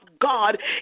God